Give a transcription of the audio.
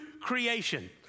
creation